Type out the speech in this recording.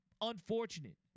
unfortunate